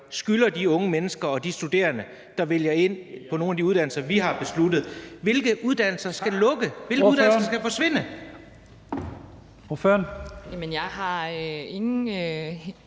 skylder de unge mennesker og de studerende, der vælger at søge ind på nogle af de uddannelser, vi har besluttet at udflytte, svar på: Hvilke uddannelser skal lukke? Hvilke uddannelser skal forsvinde?